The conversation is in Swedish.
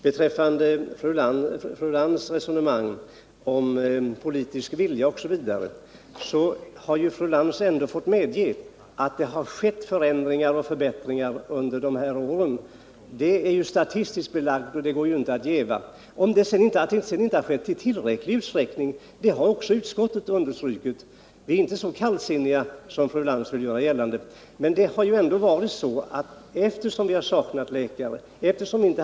Beträffande fru Lantz resonemang om politisk vilja osv. vill jag säga att fru Lantz ändå måst medge att det har blivit förbättringar under de här åren — detta är statistiskt belagt och går inte att jäva. Att förbättringar sedan inte skett i tillräcklig utsträckning har också utskottet understrukit — vi är inte så kallsinniga som fru Lantz vill göra gällande. Eftersom det har saknats både läkare och tillräckliga ekonomiska resurser har det gått sakta framåt.